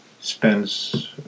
spends